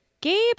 Gabe